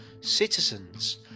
citizens